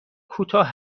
کوتاه